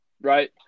Right